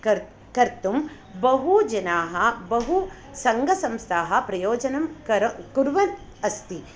कर्तुं बहुजनाः बहुसङ्घसंस्थाः प्रयोजनं कुर्वन् अस्ति